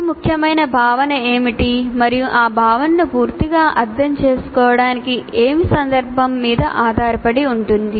అతి ముఖ్యమైన భావన ఏమిటి మరియు ఆ భావనను పూర్తిగా అర్థం చేసుకోవడానికి ఏమి సందర్భం మీద ఆధారపడి ఉంటుంది